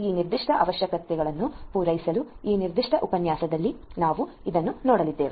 ಈ ನಿರ್ದಿಷ್ಟ ಅವಶ್ಯಕತೆಗಳನ್ನು ಪೂರೈಸಲು ಈ ನಿರ್ದಿಷ್ಟ ಉಪನ್ಯಾಸದಲ್ಲಿ ನಾವು ಇದನ್ನು ನೋಡಲಿದ್ದೇವೆ